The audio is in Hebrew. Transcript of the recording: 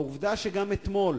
העובדה שגם אתמול